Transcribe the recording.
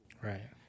Right